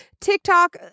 TikTok